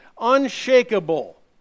unshakable